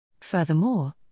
Furthermore